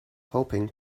hoping